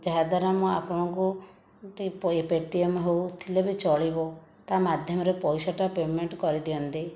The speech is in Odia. ଯାହାଦ୍ୱାରା ମୁଁ ଆପଣଙ୍କୁ ପେଟିଏମ୍ ହେଉଥିଲେ ବି ଚଳିବ ତା' ମାଧ୍ୟମରେ ପଇସାଟା ପେମେଣ୍ଟ କରିଦିଅନ୍ତି